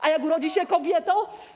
A jak urodzi się kobietą?